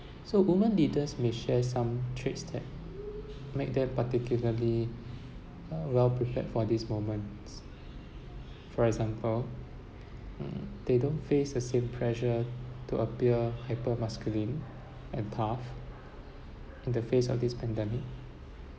so woman leaders may share some traits that make them particularly well-prepared for these moments for example mm they don't face the same pressure to appear hyper-masculine and tough in the face of this pandemic